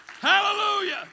Hallelujah